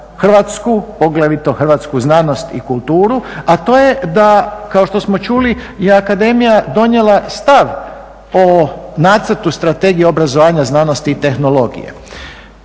Hrvatsku, poglavito hrvatsku znanosti i kulturu a to je da kao što smo čuli je akademija donijela stav o nacrtu strategije obrazovanja, znanosti i tehnologije.